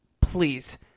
Please